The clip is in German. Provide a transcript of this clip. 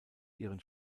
ihren